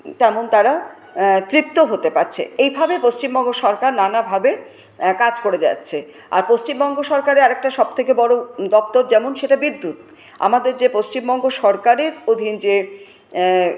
তেমন তারা তৃপ্ত হতে পারছে এইভাবে পশ্চিমবঙ্গ সরকার নানাভাবে কাজ করে যাচ্ছে আর পশ্চিমবঙ্গ সরকারের আরেকটা সবথেকে বড়ো দপ্তর যেমন সেটা বিদ্যুৎ আমাদের যে পশ্চিমবঙ্গ সরকারের অধীন যে